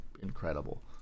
incredible